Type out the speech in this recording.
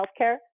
healthcare